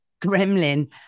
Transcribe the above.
Gremlin